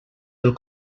del